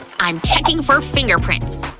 i'm checking for fingerprints!